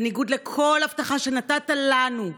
בניגוד לכל הבטחה שנתת לנו,